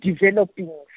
developing